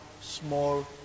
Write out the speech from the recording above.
small